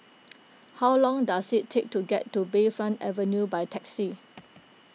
how long does it take to get to Bayfront Avenue by taxi